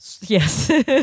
Yes